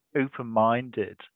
open-minded